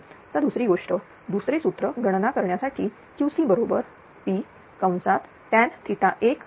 आता दुसरी गोष्ट दुसरे सूत्र गणना करण्यासाठीQC बरोबर P